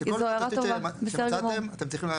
--- שכל תשתית שמצאתם אתם צריכים.